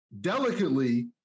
delicately